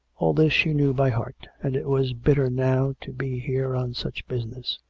all this she knew by heart and it was bitter now to be here on such business.